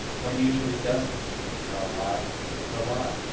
one usually doesn't, and a lie is a lie.